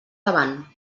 davant